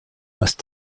must